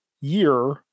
year